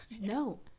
No